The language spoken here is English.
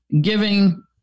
giving